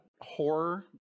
horror